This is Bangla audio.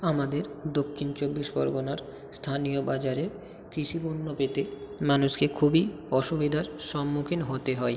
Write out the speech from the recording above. আমাদের দক্ষিণ চব্বিশ পরগনার স্থানীয় বাজারে কৃষি পণ্য পেতে মানুষকে খুবই অসুবিধার সম্মুখীন হতে হয়